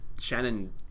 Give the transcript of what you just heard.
Shannon